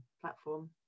platform